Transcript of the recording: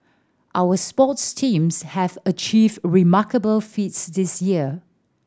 our sports teams have achieved remarkable feats this year